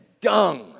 dung